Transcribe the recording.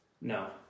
No